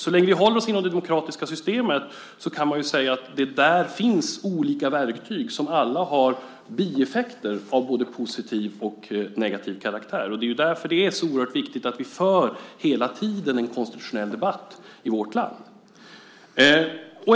Så länge vi håller oss inom det demokratiska systemet kan man säga att det där finns olika verktyg, som alla har bieffekter av både positiv och negativ karaktär. Därför är det oerhört viktigt att vi hela tiden för en konstitutionell debatt i vårt land.